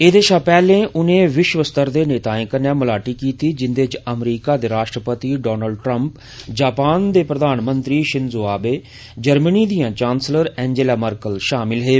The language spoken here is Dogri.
एहदे षा पैहले उनें विष्व स्तर दे नेताएं कन्नै मलाटी कीती जिंदे च अमरीका दे राष्ट्रपति डोनाल्ड ट्रम्प जापान दे प्रधानमंत्री षिजो आबे जर्मनी दियां चांसलर एनजेला मारकल षामल हे